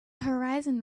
horizon